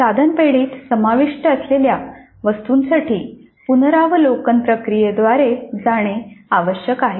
साधन पेढीेत समाविष्ट असलेल्या वस्तूंसाठी पुनरावलोकन प्रक्रियेद्वारे जाणे आवश्यक आहे